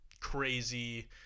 crazy